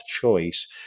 choice